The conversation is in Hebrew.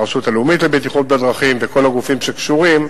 הרשות הלאומית לבטיחות בדרכים וכל הגופים שקשורים,